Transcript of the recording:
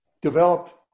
developed